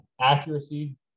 Accuracy